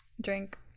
drink